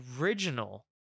original